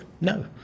No